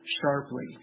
sharply